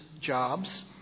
jobs